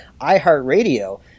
iHeartRadio